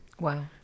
Wow